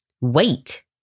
Wait